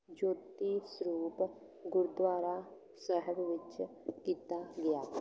ਜੋਤੀ ਸਰੂਪ ਗੁਰਦੁਆਰਾ ਸਾਹਿਬ ਵਿੱਚ ਕੀਤਾ ਗਿਆ